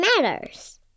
matters